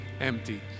empty